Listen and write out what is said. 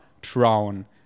drown